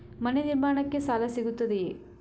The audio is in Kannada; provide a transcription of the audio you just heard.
ಮನೆ ನಿರ್ಮಾಣಕ್ಕೆ ಸಾಲ ಸಿಗುತ್ತದೆಯೇ?